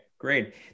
Great